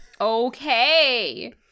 Okay